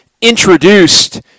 introduced